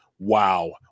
Wow